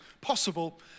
possible